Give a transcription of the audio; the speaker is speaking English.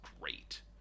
great